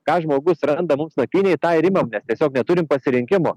ką žmogus randa mums nakvynei tą ir imam nes tiesiog neturim pasirinkimo